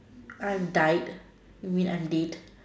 I'm died I mean I'm dead